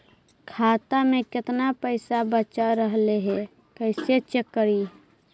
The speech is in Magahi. खाता में केतना पैसा बच रहले हे कैसे चेक करी?